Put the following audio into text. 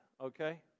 okay